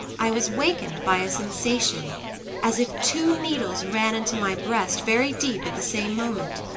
i was wakened by a sensation as if two needles ran into my breast very deep at the same moment,